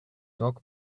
dog